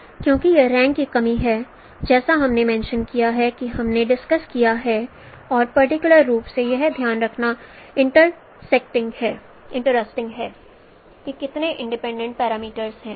क्योंकि यह रैंक की कमी है जैसा हमने मेंशं किया है कि हमने डिस्कस्ड किया है और पर्टिकुलर रूप से यह ध्यान रखना इंटरेस्टिंग है कि कितने इंडिपेंडेंट पैरामीटर हैं